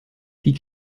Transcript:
die